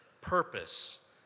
purpose